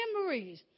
memories